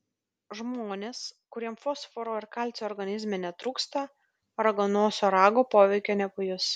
žmonės kuriems fosforo ir kalcio organizme netrūksta raganosio rago poveikio nepajus